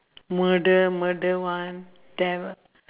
murder murder one devil